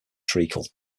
treacle